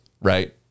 right